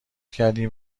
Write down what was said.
کردیم